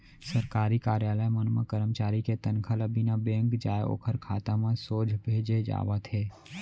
सरकारी कारयालय मन म करमचारी के तनखा ल बिना बेंक जाए ओखर खाता म सोझ भेजे जावत हे